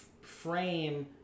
frame